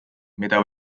mida